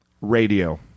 Radio